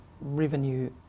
revenue